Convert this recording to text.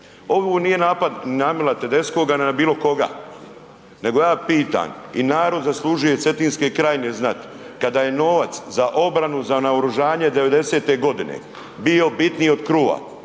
Ovo nije napad na Emila TEdeschkoga ni na bilo koga, nego ja pitam i narod zaslužuje Cetinske krajine znat, kada je novac za obranu za naoružanje '90.-te godine bio bitniji od kruha